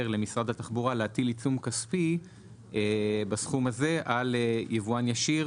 למשרד התחבורה להטיל עיצום כספי בסכום הזה על יבואן ישיר,